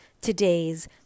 today's